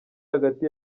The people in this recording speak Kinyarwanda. hagati